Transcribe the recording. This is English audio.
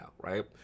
right